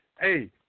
hey